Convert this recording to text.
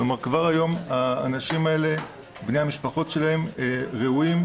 כבר היום בני המשפחות של האנשים האלה ראויים.